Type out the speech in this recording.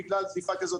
בגלל דליפה כזאת,